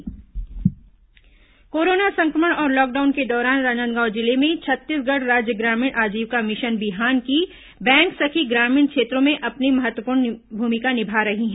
corona मदद corona संक्रमण और लॉकडाउन के दौरान राजनांदगांव जिले में छत्तीसगढ़ राज्य ग्रामीण आजीविका मिशन बिहान की बैंक सखी ग्रामीण क्षेत्रों में अपनी महत्वपूर्ण निभा रही है